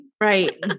right